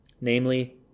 namely